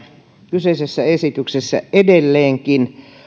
kyseisessä esityksessä edelleenkin